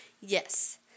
yes